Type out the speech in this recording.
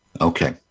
Okay